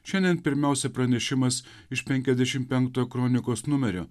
šiandien pirmiausia pranešimas iš penkiasdešim penktojo kronikos numerio